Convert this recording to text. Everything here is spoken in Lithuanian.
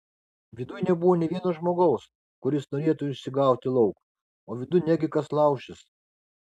viduj nebuvo nė vieno žmogaus kuris norėtų išsigauti lauk o vidun negi kas laušis